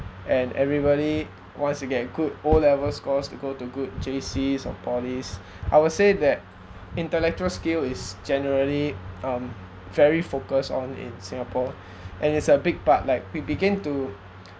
and everybody wants to get a good O level scores to go to good J_Cs or polys I would say that intellectual skill is generally um very focus on in singapore and is a big part like we begin to